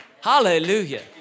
Hallelujah